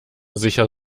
sicher